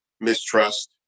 mistrust